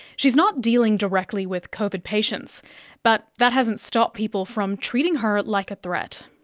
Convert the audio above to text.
she is not dealing directly with covid patients but that hasn't stopped people from treating her like a threat.